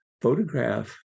photograph